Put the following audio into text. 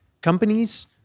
companies